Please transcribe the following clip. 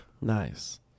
Nice